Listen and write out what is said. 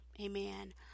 amen